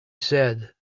said